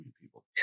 people